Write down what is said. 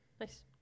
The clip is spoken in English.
Nice